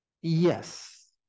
Yes